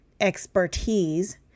expertise